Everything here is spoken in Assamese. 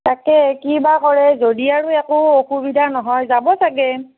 তাকে কিবা কৰে যদি আৰু একো অসুবিধা নহয় যাব চাগে